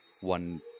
one